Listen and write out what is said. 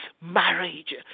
marriage